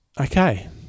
Okay